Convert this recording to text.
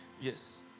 Yes